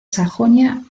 sajonia